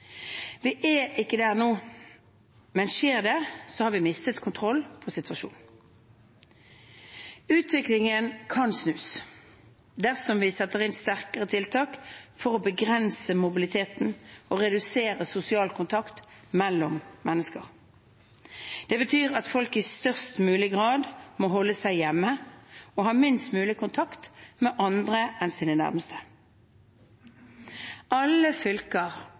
Vi er ikke der nå. Men skjer det, har vi mistet kontroll på situasjonen. Utviklingen kan snus dersom vi setter inn sterkere tiltak for å begrense mobiliteten og redusere sosial kontakt mellom mennesker. Det betyr at folk i størst mulig grad må holde seg hjemme og ha minst mulig kontakt med andre enn sine nærmeste. Alle fylker